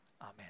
amen